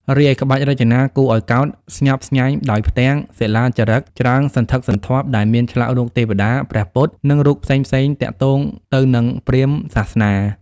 រីឯក្បាច់រចនាគួរអោយកោតស្ញប់ស្ញែងដោយផ្ទាំង សិលាចារឹក ច្រើនសន្ធឹកសន្ធាប់ដែលមានឆ្លាក់រូបទេវតា ព្រះពុទ្ធ និងរូបផ្សេងៗទាក់ទងទៅនិងព្រាហ្មណ៍សាសនា ។